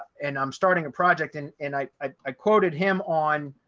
and i'm starting a project and and i i quoted him on